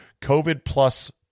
COVID-plus